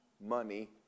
money